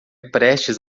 prestes